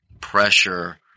pressure